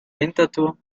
winterthur